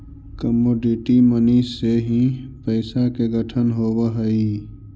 commodity money से ही पैसा के गठन होवऽ हई